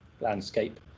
landscape